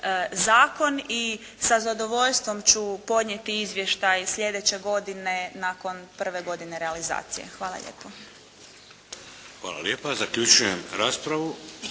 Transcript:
Zakon i sa zadovoljstvom ću podnijeti izvještaj sljedeće godine nakon prve godine realizacije. Hvala lijepo. **Šeks, Vladimir (HDZ)** Hvala lijepa. Zaključujem raspravu.